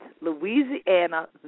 Louisiana